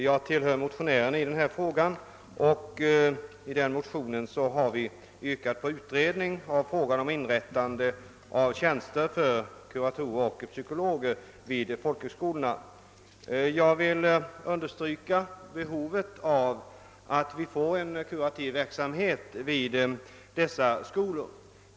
Herr talman! I motionerna I: 586 av herr Thorsten Larsson och II: 676 av mig har vi yrkat på utredning av frågan om inrättande av tjänster för kuratorer och psykologer vid folkhögskolorna. Jag vill understryka behovet av en kurativ verksamhet vid dessa skolor.